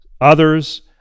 Others